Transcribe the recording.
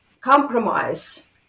compromise